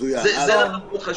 זה דבר מאוד חשוב.